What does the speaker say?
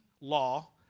law